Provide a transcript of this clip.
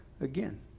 again